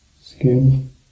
skin